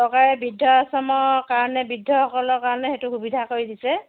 চৰকাৰে বৃদ্ধাশ্ৰমৰ কাৰণে বৃদ্ধসকলৰ কাৰণে সেইটো সুবিধা কৰি দিছে